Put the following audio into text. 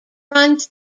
runs